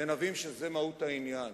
ונבין שזו מהות העניין.